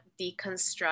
deconstruct